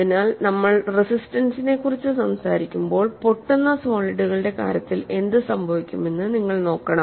അതിനാൽ നമ്മൾ റെസിസ്റ്റൻസിനെക്കുറിച്ച് സംസാരിക്കുമ്പോൾ പൊട്ടുന്ന സോളിഡുകളുടെ കാര്യത്തിൽ എന്ത് സംഭവിക്കുമെന്ന് നിങ്ങൾ നോക്കണം